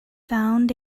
found